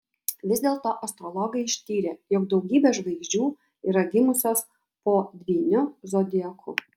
vis dėlto astrologai ištyrė jog daugybė žvaigždžių yra gimusios po dvyniu zodiaku